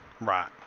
right